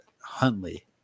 Huntley